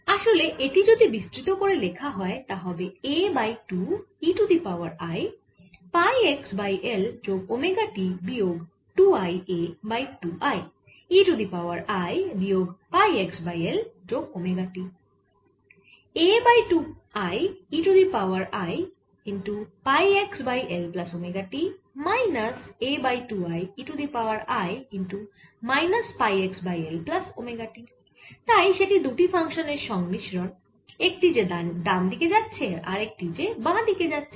আসলে এটি যদি বিস্তৃত করে লেখা হয় তা হবে A by 2 e to the power i pi x by L যোগ ওমেগা t বিয়োগ 2 i A by 2 i e to the power i বিয়োগ পাই x বাই L যোগ ওমেগা t তাই সেটি দুটি ফাংশানের সংমিশ্রণ একটি যে ডান দিকে যাচ্ছে আর আরেকটি যে বাঁ দিকে যাচ্ছে